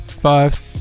Five